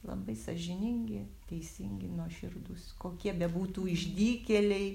labai sąžiningi teisingi nuoširdūs kokie bebūtų išdykėliai